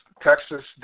Texas